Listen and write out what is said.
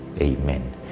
Amen